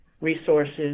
resources